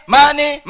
money